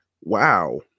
wow